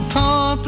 Poor